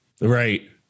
Right